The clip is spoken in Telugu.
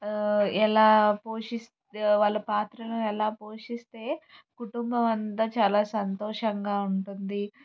ఎలా పోషిస్తే వాళ్ళ పాత్రను ఎలా పోషిస్తే కుటుంబమంతా చాలా సంతోషంగా ఉంటుంది